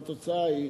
והתוצאה היא,